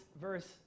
verse